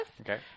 Okay